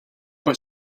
but